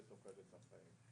עכשיו תחזור לטבלה.